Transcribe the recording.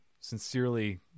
Sincerely